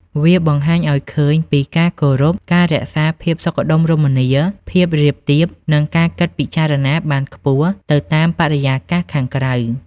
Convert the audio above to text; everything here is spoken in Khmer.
វាបង្ហាញឱ្យឃើញពីការគោរព ការរក្សាភាពសុខដុមរមនា ភាពរាបទាប និងការគិតពិចារណាបានខ្ពស់ទៅតាមបរិយាកាសខាងក្រៅ។